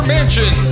Mansion